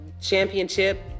championship